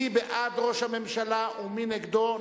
מי בעד ראש הממשלה ומי נגדו?